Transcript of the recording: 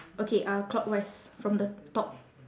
okay uh clockwise from the top